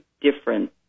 different